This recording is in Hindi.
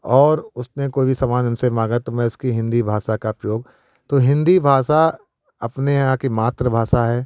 और उसने कोई भी सामान हमसे मांगा तो मैं उसकी हिन्दी भाषा का प्रयोग तो हिन्दी भाषा अपने यहाँ की मातृभाषा है